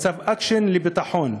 מצב "אקשן" לביטחון,